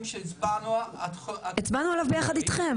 שהצבענו --- הצבענו עליו ביחד איתכם,